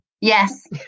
yes